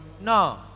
No